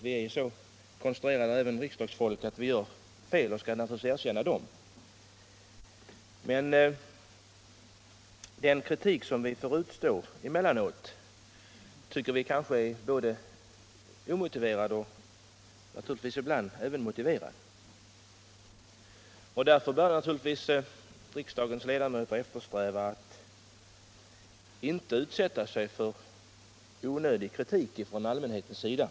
Vi är alla så konstruerade — även riksdagsfolk — att vi gör fel, och vi skall naturligtvis erkänna dem. Den kritik som vi får utstå emellanåt är både omotiverad och naturligtvis, ibland, motiverad. Därför bör givetvis riksdagens ledamöter eftersträva att inte utsätta sig för onödig kritik från allmänhetens sida.